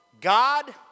God